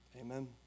Amen